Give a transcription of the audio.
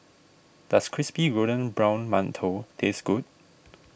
does Crispy Golden Brown Mantou taste good